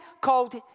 called